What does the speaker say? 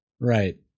right